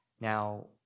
Now